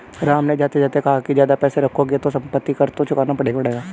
राम ने जाते जाते कहा कि ज्यादा पैसे रखोगे तो सम्पत्ति कर तो चुकाना ही पड़ेगा